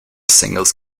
singles